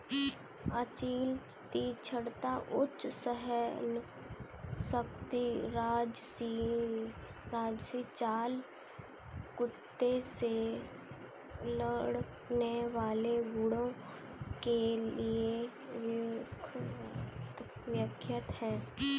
असील तीक्ष्णता, उच्च सहनशक्ति राजसी चाल कुत्ते से लड़ने वाले गुणों के लिए विख्यात है